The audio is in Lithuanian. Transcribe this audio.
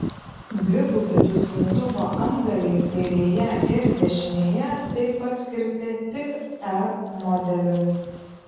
dvigubi duslintuvo antgaliai kairėje ir dešinėje taip pat skirti tik r modeliui